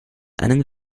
einen